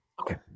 Okay